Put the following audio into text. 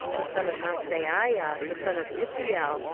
the son of maaseiah, the son of ithiel,